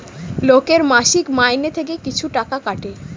লোকের মাসিক মাইনে থেকে কিছু টাকা কাটে